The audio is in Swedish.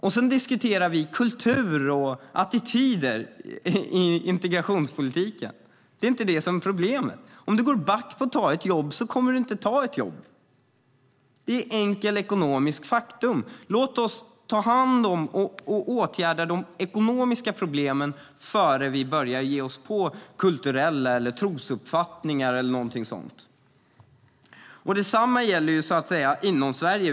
Och sedan diskuterar vi kultur och attityder i integrationspolitiken! Det är inte det som är problemet. Om du går back på att ta ett jobb så kommer du inte att ta ett jobb; det är ett enkelt ekonomiskt faktum. Låt oss ta hand om och åtgärda de ekonomiska problemen innan vi börjar ge oss på kulturella aspekter, trosuppfattningar eller någonting sådant! Detsamma gäller inom Sverige.